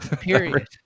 Period